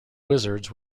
wizards